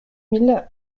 mille